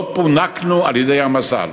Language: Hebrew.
לא פונקנו על-ידי המזל.